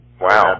Wow